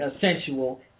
sensual